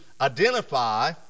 identify